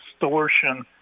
distortion